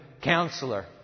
counselor